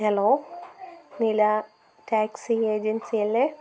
hello Nila taxi ഏജൻസിയല്ലേ